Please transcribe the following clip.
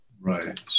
Right